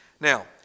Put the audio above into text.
Now